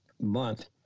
month